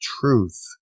truth